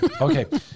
Okay